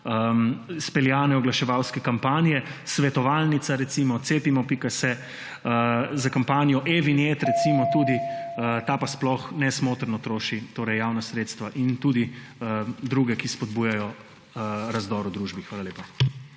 izpeljane oglaševalske kampanje? Svetovalnica recimo, cepimose.si, za kampanjo e-vinjet recimo tudi … Ta pa sploh nesmotrno troši javna sredstva in tudi druge, ki spodbujajo razdor v družbi. Hvala lepa.